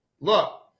look